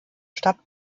stadt